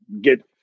get